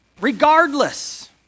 regardless